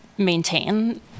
maintain